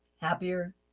Happier